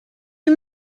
you